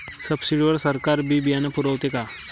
Subsidy वर सरकार बी बियानं पुरवते का?